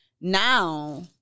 Now